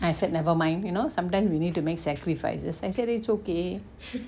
I said never mind you know sometimes we need to make sacrifices I said it's okay